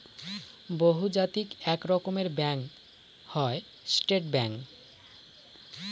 বহুজাতিক এক রকমের ব্যাঙ্ক হয় স্টেট ব্যাঙ্ক